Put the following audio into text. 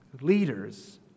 leaders